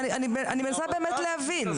אני מנסה באמת להבין.